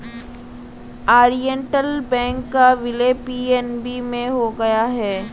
Oriental bank का विलय PNB में हो गया है